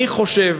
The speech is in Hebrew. אני חושב,